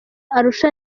arusha